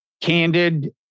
candid